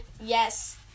Yes